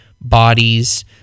bodies